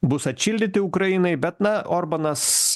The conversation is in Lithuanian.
bus atšildyti ukrainai bet na orbanas